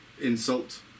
insult